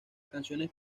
canciones